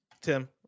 tim